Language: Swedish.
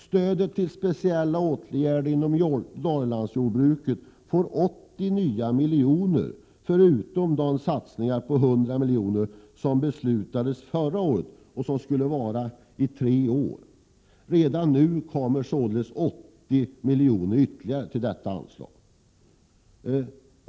Stödet till speciella åtgärder inom Norrlandsjordbruket får 80 nya miljoner, förutom de satsningar på 100 milj.kr. som beslutades förra året och som skulle vara i tre år. Redan nu kommer således ytterligare 80 milj.kr. till detta anslag.